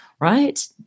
right